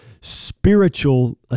spiritual